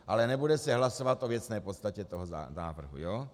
Ale nebude se hlasovat o věcné podstatě toho návrhu, ano?